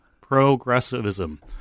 progressivism